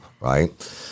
right